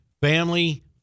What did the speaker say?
family